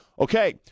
okay